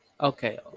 Okay